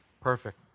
perfect